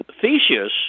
Theseus